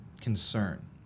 concern